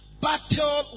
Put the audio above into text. battle